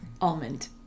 Almond